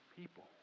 people